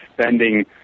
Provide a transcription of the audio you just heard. spending